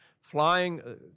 Flying